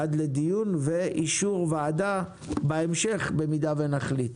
עד לדיון ואישור ועדה בהמשך, במידה ונחליט.